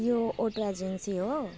यो auto agency हो